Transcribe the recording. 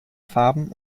farben